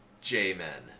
J-Men